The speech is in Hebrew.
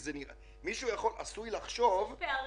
יש פערים.